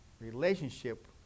relationship